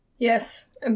Yes